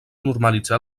normalitzar